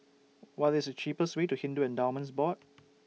What IS The cheapest Way to Hindu Endowments Board